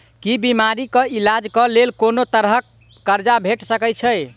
की बीमारी कऽ इलाज कऽ लेल कोनो तरह कऽ कर्जा भेट सकय छई?